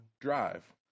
drive